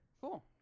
Cool